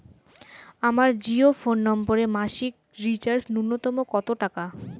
আমার জিও ফোন নম্বরে মাসিক রিচার্জ নূন্যতম কত টাকা?